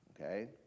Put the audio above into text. okay